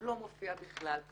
לא מופיע בכלל.